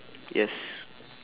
yes